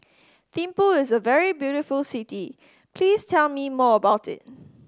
Thimphu is a very beautiful city please tell me more about it